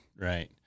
right